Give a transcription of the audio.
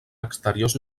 exteriors